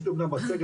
יש לי אומנם מצגת,